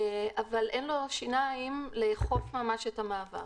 אבל אין לו שיניים לאכוף ממש את המעבר.